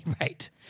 Right